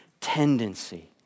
tendency